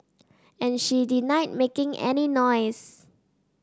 and she denied making any noise